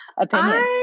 opinion